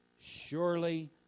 Surely